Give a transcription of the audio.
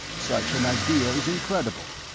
such an idea is incredible.